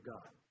God